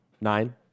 Nine